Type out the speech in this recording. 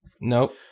Nope